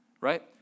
right